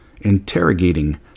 interrogating